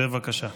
בבקשה,